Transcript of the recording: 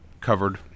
covered